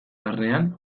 barnean